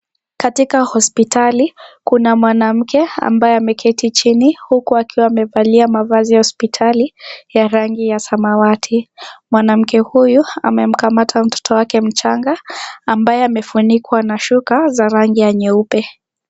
Katika hospitali kuna mwanamke ambaye ameketi chini huku akiwa amevalia mavazi ya hospitali ya rangi ya samawati , mwanamke huyu amemkamata mtoto wake mchanga ambaye amefunikwa na shuka za rangi nyeupe .